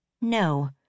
No